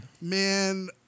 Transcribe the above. man